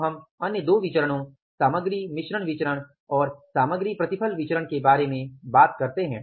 अब हम अन्य दो विचरणो सामग्री मिश्रण विचरण और सामग्री प्रतिफल विचरण के बारे में बात करते हैं